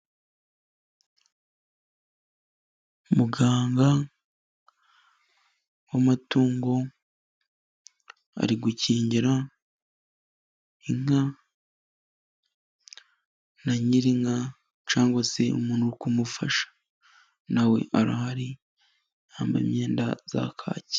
Muganga w'amatungo ari gukingira inka, na ny'irinka cyangwa se umuntu uri kumufasha nawe arahari, yambaye imyenda ya kaki.